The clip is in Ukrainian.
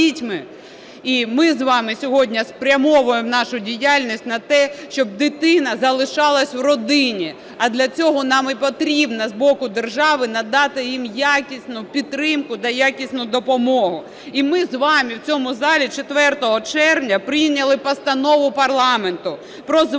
І ми з вами сьогодні спрямовуємо нашу діяльність на те, щоб дитина залишалась в родині, а для цього нам і потрібно з боку держави надати їм якісну підтримку та якісну допомогу. І ми з вами в цьому залі 4 червня прийняли Постанову парламенту про звернення